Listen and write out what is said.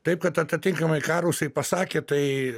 taip kad atatinkamai ką rusai pasakė tai